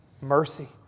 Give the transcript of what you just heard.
mercy